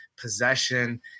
possession